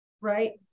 right